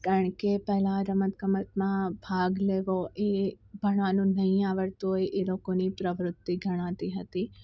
કારણ કે પહેલાં રમત ગમતમાં ભાગ લેવો એ ભણવાનું નહીં આવડતું હોય એ લોકોની પ્રવૃત્તિ ગણાતી હતી